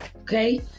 okay